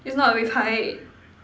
is not with height